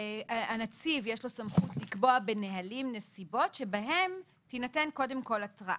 לנציב יש סמכות לקבוע בנהלים נסיבות שבהם תינתן קודם כל התראה.